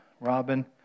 Robin